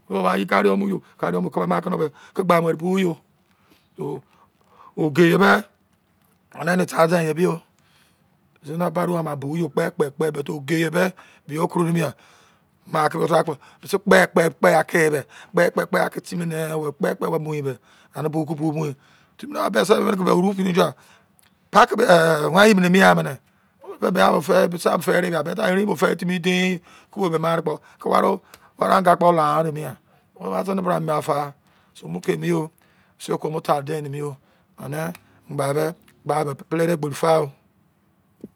Oh wan yo kare yo muo kare yo wan keme mu ke gban were bọ yo oge ye me anẹ ne tarse ye ebi o, zene a bade oru ama bo ye kpe kpe kpe but oge ye me bi yo koro emi yan ma keme tara keme mese kpe kpe a ke timi me ane ke boke bo mo ye timi be se oni fini dia pake em eh wi ye mien amene oh mien aro fe eran but aerein kpo fe timi dein okubo me are kpo ware anga kpo la re emi yan ba zine bra mien ma fa so mo ke emi yo mese yo ke mo tare den emiyo ane ba be gba mo bele de egberi fo ọ